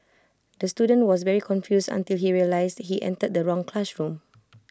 the student was very confused until he realised he entered the wrong classroom